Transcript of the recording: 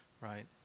right